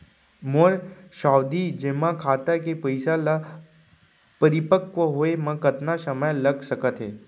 मोर सावधि जेमा खाता के पइसा ल परिपक्व होये म कतना समय लग सकत हे?